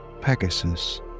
Pegasus